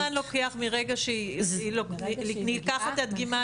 כמה זמן לוקח ממתי שנלקחת הדגימה,